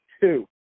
two